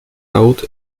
out